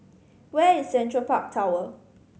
where is Central Park Tower